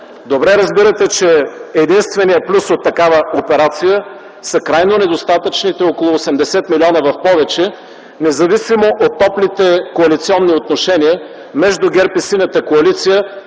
Добре разбирате, че единственият плюс от такава операция са крайно недостатъчните около 80 млн. лв. в повече, независимо от топлите коалиционни отношения между ГЕРБ и Синята коалиция